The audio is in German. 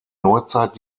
neuzeit